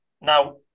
Now